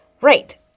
Right